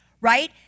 right